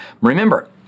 Remember